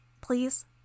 Please